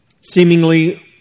seemingly